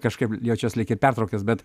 kažkaip jaučiuos lyg ir pertraukęs bet